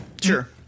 Sure